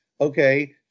okay